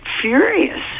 furious